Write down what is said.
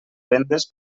vendes